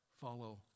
Follow